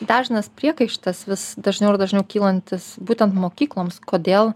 dažnas priekaištas vis dažniau ir dažniau kylantis būtent mokykloms kodėl